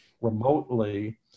remotely